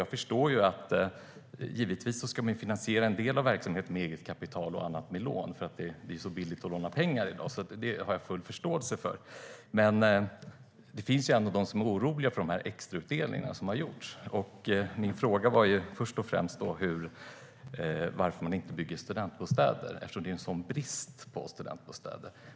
Jag förstår att en del av verksamheten givetvis ska finansieras med eget kapital och annat med lån, eftersom det är billigt att låna pengar i dag. Det har jag alltså full förståelse för. Men det finns de som är oroliga för de extrautdelningar som har gjorts. Min fråga var först och främst varför man inte bygger studentbostäder, eftersom det är sådan brist på dem.